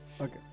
Okay